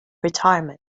retirement